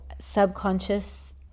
subconscious